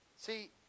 see